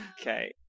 okay